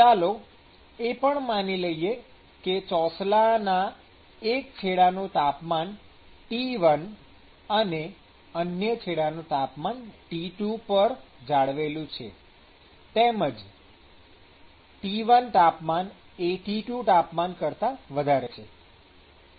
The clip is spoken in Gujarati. ચાલો એ પણ માની લઈએ કે ચોસલાના એક છેડેનું તાપમાન T1 અને અન્ય છેડાનું તાપમાન T2 પર જાળવેલું છે તેમજ T1 T2 ઉપરનો ફોટો જુઓ